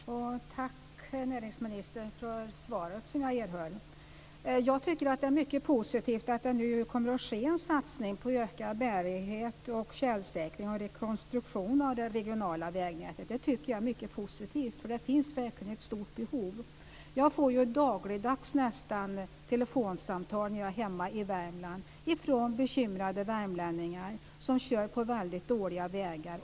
Fru talman! Tack, näringsministern för det svar som jag erhöll. Det är mycket positivt att en satsning nu kommer att ske på ökad bärighet och tjälsäkring och att det blir en rekonstruktion av det regionala vägnätet. Det finns verkligen ett stort behov. När jag är hemma i Värmland får jag nästan dagligdags telefonsamtal från bekymrade värmlänningar, som kör på väldigt dåligt vägar.